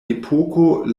epoko